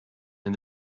and